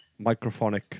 microphonic